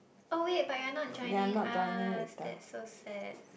oh wait but you are not joining us that's so sad